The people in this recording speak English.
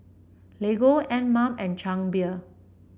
Lego Anmum and Chang Beer